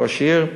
כראש עיר: